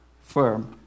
firm